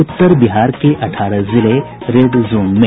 उत्तर बिहार के अठारह जिले रेड जोन में